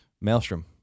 Maelstrom